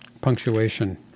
punctuation